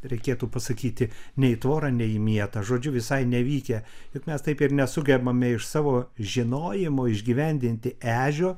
reikėtų pasakyti nei į tvorą nei į mietą žodžiu visai nevykę juk mes taip ir nesugebame iš savo žinojimo išgyvendinti ežio